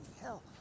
hell